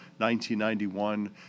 1991